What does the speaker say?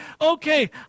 okay